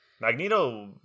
Magneto